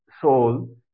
soul